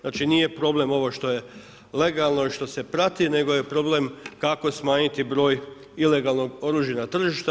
Znači nije problem ovo što je legalno i što se prati, nego je problem kako smanjiti broj ilegalnog oružja na tržištu.